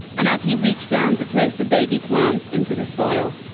and as he reached down to place the baby plant into the soil,